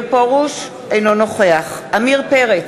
אינו נוכח עמיר פרץ,